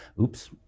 Oops